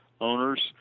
owners